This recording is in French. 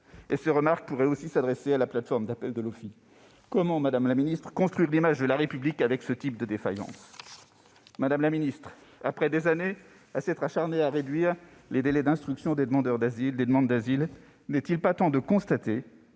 ? Ces remarques pourraient aussi concerner la plateforme d'appel de l'OFII. Comment, madame la ministre, construire l'image de la République avec ce type de défaillances ? Après des années à nous être acharnés à réduire les délais d'instruction des demandes d'asiles, n'est-il pas temps de constater